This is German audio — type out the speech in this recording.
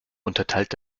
unterteilt